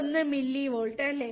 1 millivolt അല്ലെ